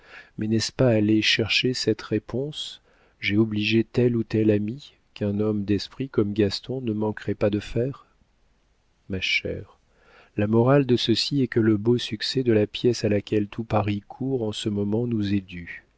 mais n'est-ce pas aller chercher cette réponse j'ai obligé tel ou tel ami qu'un homme d'esprit comme gaston ne manquerait pas de faire ma chère la morale de ceci est que le beau succès de la pièce à laquelle tout paris court en ce moment nous est dû